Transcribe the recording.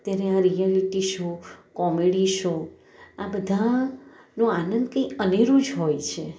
ત્યારે આ reality show comedy show આ બધા નો આનંદ કંઇક અનેરો જ હોય છે